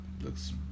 looks